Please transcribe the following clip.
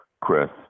Chris